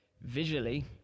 visually